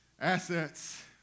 Assets